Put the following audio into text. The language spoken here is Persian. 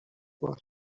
باش